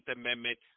Amendment